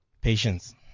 Patience